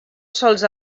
sols